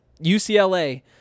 UCLA